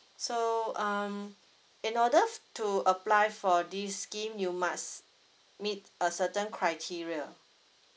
so um in order to apply for this scheme you must meet a certain criteria